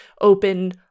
open